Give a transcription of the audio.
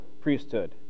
priesthood